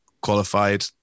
qualified